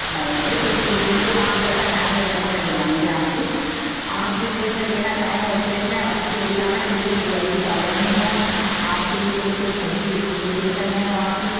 नहीं नहीं बिल्कुल बिल्कुल आप जैसा चाहेंगे वैसा मैं दिलवाऊँगी आपको आप जिस रेट में लेना चाहेंगे उस रेट में अच्छी एरिया में बिल्कुल बी आई पी कालोनी है आप के लिए बिल्कुल सही लोकेशन है वहाँ की